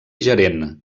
gerent